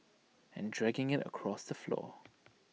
and dragging IT across the floor